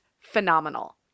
phenomenal